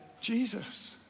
Jesus